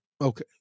okay